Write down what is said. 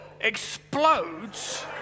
explodes